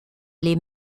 les